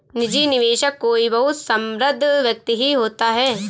निजी निवेशक कोई बहुत समृद्ध व्यक्ति ही होता है